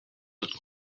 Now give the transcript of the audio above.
autres